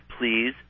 please